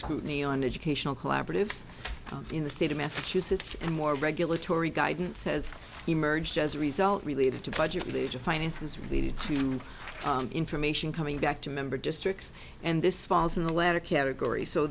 scrutiny on educational collaboratives in the state of massachusetts and more regulatory guidance has emerged as a result related to budget religious finances related to information coming back to member districts and this falls in the latter category so